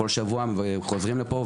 בכל שבוע חוזרים לפה,